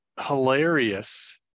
hilarious